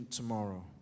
tomorrow